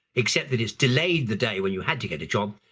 except that it's delayed the day when you had to get a job.